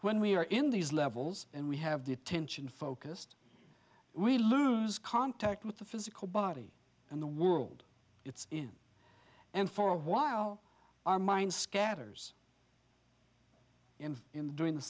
when we are in these levels and we have the attention focused we lose contact with the physical body and the world it's in and for a while our mind scatters in doing the